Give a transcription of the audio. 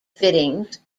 fittings